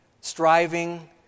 striving